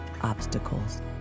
obstacles